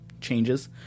changes